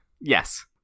Yes